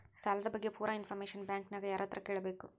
ಸಾಲದ ಬಗ್ಗೆ ಪೂರ ಇಂಫಾರ್ಮೇಷನ ಬ್ಯಾಂಕಿನ್ಯಾಗ ಯಾರತ್ರ ಕೇಳಬೇಕು?